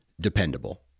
dependable